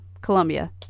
Columbia